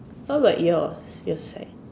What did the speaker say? how about yours your side